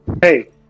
Hey